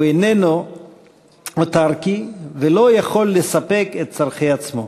הוא איננו אוטרקי ולא יכול לספק את צורכי עצמו,